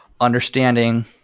understanding